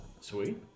Sweet